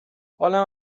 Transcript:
حالم